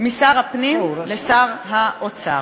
משר הפנים לשר האוצר.